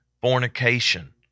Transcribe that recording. fornication